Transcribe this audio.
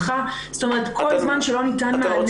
ספורט הנערכת במוסד החינוך או מטעמו או במסגרת פעילות